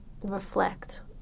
reflect